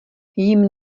jim